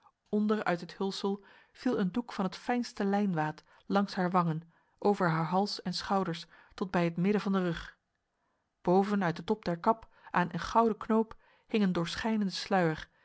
onder uit dit hulsel viel een doek van het fijnste lijnwaad langs haar wangen over haar hals en schouders tot bij het midden van de rug boven uit de top der kap aan een gouden knoop hing een doorschijnende sluier